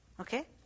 Okay